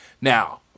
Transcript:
Now